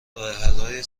راهحلهای